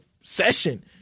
session